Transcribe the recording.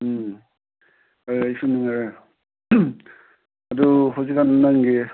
ꯎꯝ ꯍꯣꯏ ꯑꯩꯁꯨ ꯅꯨꯡꯉꯥꯏꯔꯦ ꯑꯗꯨ ꯍꯧꯖꯤꯛ ꯀꯥꯟ ꯅꯪꯒꯤ